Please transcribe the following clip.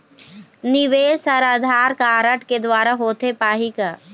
निवेश हर आधार कारड के द्वारा होथे पाही का?